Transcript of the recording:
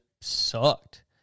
sucked